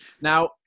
Now